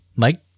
Mike